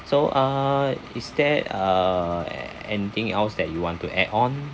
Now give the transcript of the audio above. so uh is there uh a~ anything else that you want to add on